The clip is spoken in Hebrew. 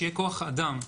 שיהיה כוח אדם.